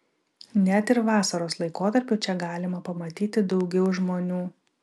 net ir vasaros laikotarpiu čia galima pamatyti daugiau žmonių